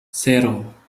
cero